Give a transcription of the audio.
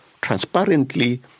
transparently